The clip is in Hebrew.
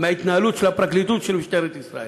מההתנהלות של הפרקליטות ושל משטרת ישראל.